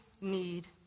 need